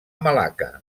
malacca